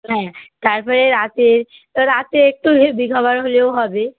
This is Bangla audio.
হ্যাঁ তারপরে রাতের রাতে একটু হেভি খাবার হলেও হবে